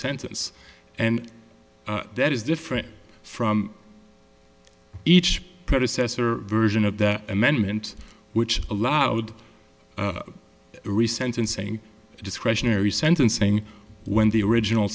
sentence and that is different from each predecessor version of the amendment which allowed the re sentencing discretionary sentencing when the original